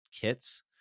kits